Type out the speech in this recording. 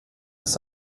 ist